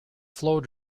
flow